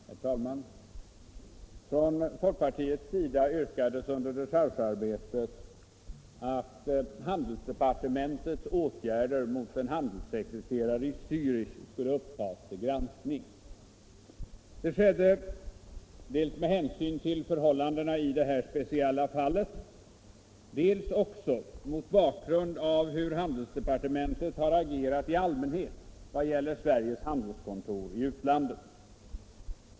Herr talman! Från folkpartiets sida yrkades under dechargearbetet att handelsdepartementets åtgärder mot en handelssekreterare i Zärich skulle upptas till granskning. Det skedde dels med hänsyn till förhållandena i det här speciella fallet, dels också mot bakgrund av hur handelsdepartementet har agerat i allmänhet vad gäller Sveriges handelskontor i utlandet.